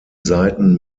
seiten